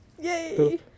Yay